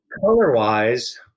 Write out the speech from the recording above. color-wise